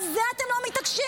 על זה אתם לא מתעקשים?